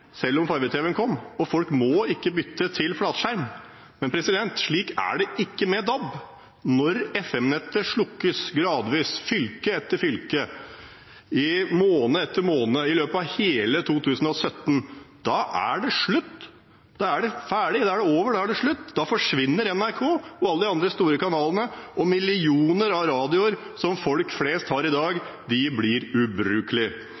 selv om farge-TV kom, og folk må ikke bytte til flatskjerm. Men slik er det ikke med DAB. Når FM-nettet slukkes gradvis, fylke etter fylke og måned etter måned, i løpet av hele 2017, er det slutt. Da er det ferdig, da er det over, da er det slutt. Da forsvinner NRK og alle de andre store kanalene, og millioner av radioer som folk flest har i dag, blir ubrukelige.